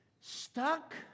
stuck